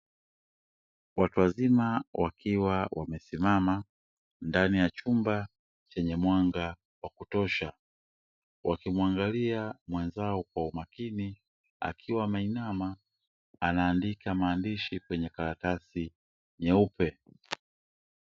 Watu wazima wakiwa wamesimama ndani ya chumba chenye mwanga wa kutosha, wakimuangalia mwenzao kwa umakini akiwa ameinama akiandika maandishi kwenye karatasi nyeupe.